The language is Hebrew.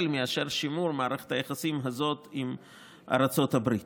מאשר שימור מערכת היחסים הזאת עם ארצות הברית.